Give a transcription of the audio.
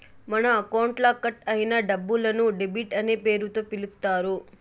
మన అకౌంట్లో కట్ అయిన డబ్బులను డెబిట్ అనే పేరుతో పిలుత్తారు